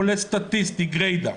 "חולה סטטיסטי" גרידא,